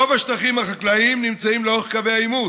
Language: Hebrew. רוב השטחים החקלאיים נמצאים לאורך קווי העימות,